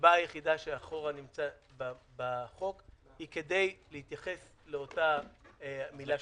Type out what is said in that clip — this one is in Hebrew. הסיבה היחידה שאחורה נמצא בחוק היא כדי להתייחס לאותה מילה של הוגנות.